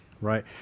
Right